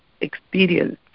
experience